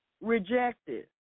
rejected